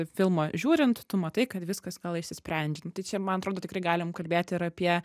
filmą žiūrint tu matai kad viskas gal išsisprendžia tai čia man atrodo tikrai galim kalbėti ir apie